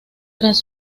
tras